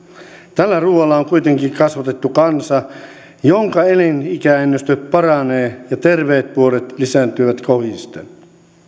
tällä ruualla on kuitenkin kasvatettu kansa jonka elinikäennuste paranee ja terveet vuodet lisääntyvät kohisten